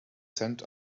sent